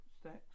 stacks